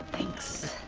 thanks.